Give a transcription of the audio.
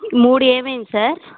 మూడు ఏమైంది సార్